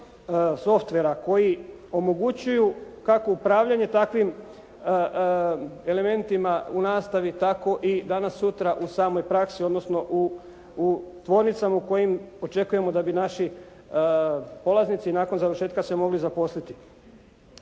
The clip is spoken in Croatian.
softvera koji omogućuju kako upravljanje takvim elementima u nastavi, tako i danas sutra u samoj praksi, odnosno u tvornicama u kojim očekujemo da bi naši polaznici nakon završetka se mogli zaposliti.